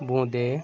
বোঁদে